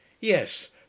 Yes